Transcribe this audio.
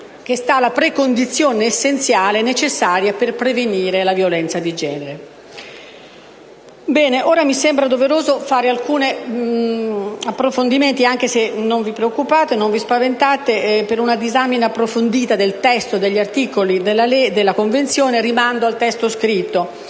donne sta la precondizione essenziale e necessaria per prevenire la violenza di genere. Ora mi sembra doveroso fare alcuni approfondimenti, anche se per una disamina approfondita del testo degli articoli della Convenzione rimando al testo scritto.